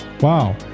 wow